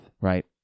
right